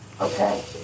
Okay